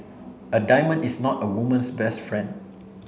a diamond is not a woman's best friend